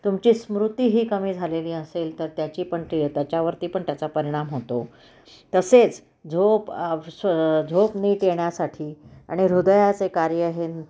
तुमची स्मृती ही कमी झालेली असेल तर त्याची पण टी त्याच्यावरती पण त्याचा परिणाम होतो तसेच झोप स् झोप नीट येण्यासाठी आणि हृदयाचे कार्य हे